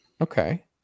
Okay